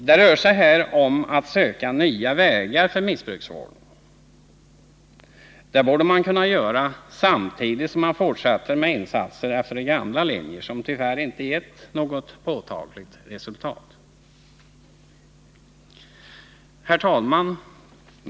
Det rör sig här om att söka nya vägar för missbruksvården. Det borde man kunna göra samtidigt som man fortsätter med insatser efter de gamla linjerna, även om de tyvärr inte gett något påtagligt resultat. Herr talman!